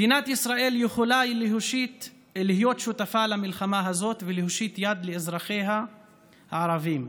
מדינה ישראל יכולה להיות שותפה למלחמה הזאת ולהושיט יד לאזרחיה הערבים,